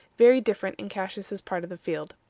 very different in cassius's part of the field.